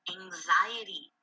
anxiety